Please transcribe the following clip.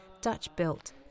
Dutch-built